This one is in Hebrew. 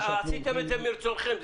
עשיתם את זה מרצונכם,